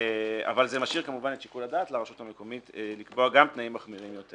אבל זה משאיר את שיקול הדעת לרשות המקומית לקבוע גם תנאים מחמירים יותר